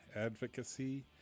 advocacy